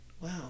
Wow